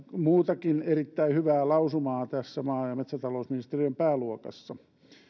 muutakin erittäin hyvää lausumaa tässä maa ja metsätalousministeriön pääluokassa